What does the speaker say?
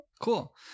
cool